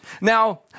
Now